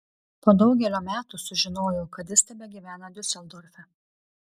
po daugelio metų sužinojau kad jis tebegyvena diuseldorfe